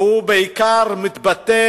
שמתבטא